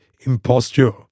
imposture